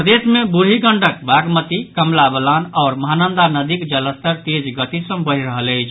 प्रदेश मे बूढ़ी गंडक बागमती कमला बलान आओर महानंदा नदीक जलस्तर तेज गति सॅ बढ़ि रहल अछि